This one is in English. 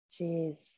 jeez